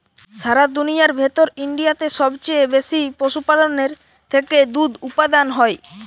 সারা দুনিয়ার ভেতর ইন্ডিয়াতে সবচে বেশি পশুপালনের থেকে দুধ উপাদান হয়